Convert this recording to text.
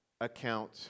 account